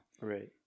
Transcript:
right